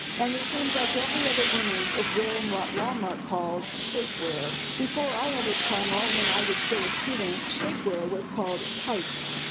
and it seem like every other woman is wearing, what walmart calls, shapewear. before i entered carmel, when i was still a student, shapewear was called tights.